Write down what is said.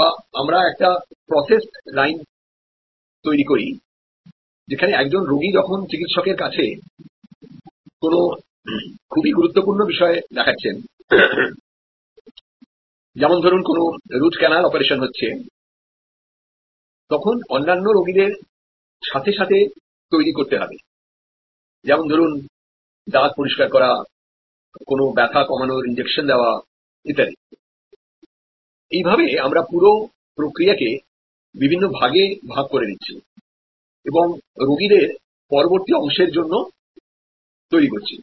বা আমরা একটি প্রসেস লাইন তৈরি করি যেখানে একজন রোগী যখন চিকিৎসকের কাছে কোন খুবই গুরুত্বপূর্ণ বিষয় দেখাচ্ছেন যেমন ধরুন কোন রুট ক্যানাল অপারেশন হচ্ছে তখন অন্যান্য রোগীদের সাথে সাথে তৈরি করতে হবে যেমন ধরুন দাঁত পরিষ্কার করা কোন ব্যথা কমানোর ইনজেকশন দেওয়া ইত্যাদি এইভাবে আমরা পুরো প্রক্রিয়া কে বিভিন্ন ভাগে ভাগ করে নিচ্ছি এবং রোগীদের পরবর্তী অংশের জন্য তৈরি করছি